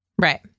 Right